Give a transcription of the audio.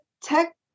tech